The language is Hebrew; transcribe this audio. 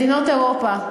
מדינות אירופה.